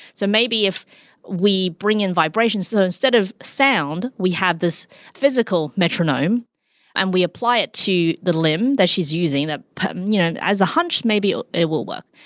so maybe if we bring in vibrations so instead of sound, we have this physical metronome and we apply it to the limb that she's using um you know as a hunch maybe it will work.